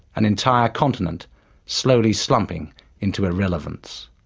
an entire continent slowly slumping into irrelevance.